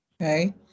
okay